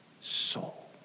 soul